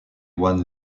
one